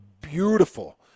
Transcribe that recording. beautiful